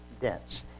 dense